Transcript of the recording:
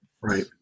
right